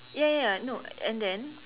ya ya ya no and then